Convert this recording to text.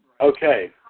okay